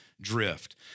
drift